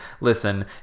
listen